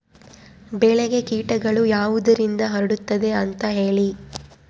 ಬೆಳೆಗೆ ಕೇಟಗಳು ಯಾವುದರಿಂದ ಹರಡುತ್ತದೆ ಅಂತಾ ಹೇಳಿ?